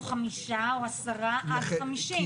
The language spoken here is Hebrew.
או חמישה או עשרה עד 50,